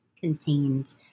contained